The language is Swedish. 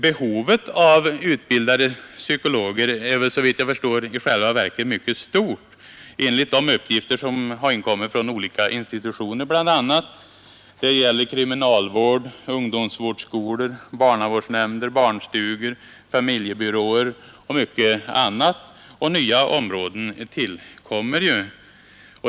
Behovet av utbildade psykologer är, såvitt jag förstår, i själva verket mycket stort, bl.a. enligt de uppgifter som har inkommit från olika institutioner såsom kriminalvårdsanstalter, ungdomsvårdsskolor, barnavårdsnämnder, barnstugor, familjebyråer och många andra. Nya områden tillkommer ju.